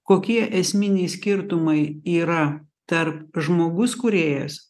kokie esminiai skirtumai yra tarp žmogus kūrėjas